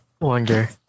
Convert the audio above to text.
Wonder